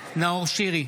נאור שירי,